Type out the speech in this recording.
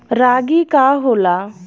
रागी का होला?